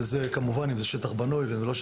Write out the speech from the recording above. אם זה שטח בנוי או לא,